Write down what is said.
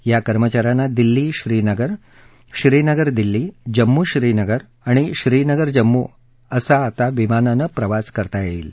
या कर्मचा यांना दिल्ली श्रीनगर श्रीनगर दिल्ली जम्मू श्रीनगर आणि श्रीनगर जम्मू असा आता विमानानं करता येईल